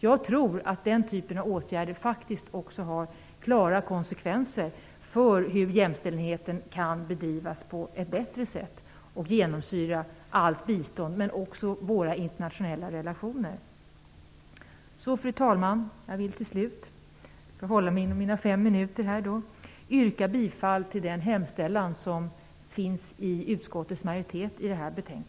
Jag tror att den typen av åtgärder faktiskt också har klara konsekvenser för hur jämställdheten kan bedrivas på ett bättre sätt och genomsyra allt bistånd men också våra internationella relationer. Fru talman! För att hålla mig inom mina fem minuter vill jag till slut yrka bifall till den hemställan i det här betänkandet som utskottets majoritet står bakom.